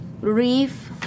Reef